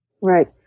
Right